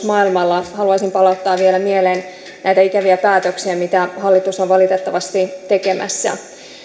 maailmalla haluaisin palauttaa vielä mieleen näitä ikäviä päätöksiä mitä hallitus on valitettavasti tekemässä